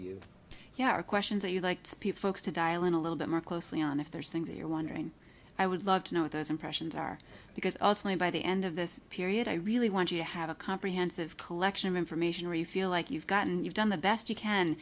are questions that you liked folks to dial in a little bit more closely on if there's things you're wondering i would love to know what those impressions are because all slaine by the end of this period i really want you to have a comprehensive collection of information or you feel like you've gotten you've done the best you can